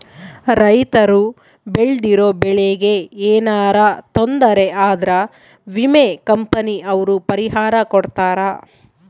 ರೈತರು ಬೆಳ್ದಿರೋ ಬೆಳೆ ಗೆ ಯೆನರ ತೊಂದರೆ ಆದ್ರ ವಿಮೆ ಕಂಪನಿ ಅವ್ರು ಪರಿಹಾರ ಕೊಡ್ತಾರ